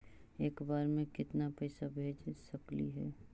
एक बार मे केतना पैसा भेज सकली हे?